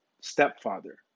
stepfather